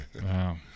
Wow